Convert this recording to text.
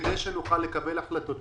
כדי שנוכל לקבל החלטות.